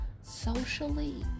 socially